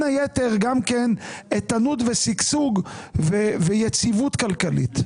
היתר גם כן איתנות ושגשוג ויציבות כלכלית.